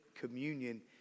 communion